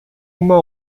uma